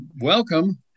welcome